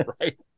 Right